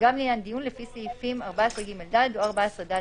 גם לעניין דיון לפי סעיפים 14ג(ד) או 14ד(ב)